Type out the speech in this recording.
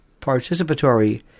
participatory